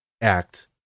act